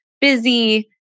busy